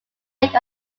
lake